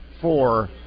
four